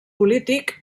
polític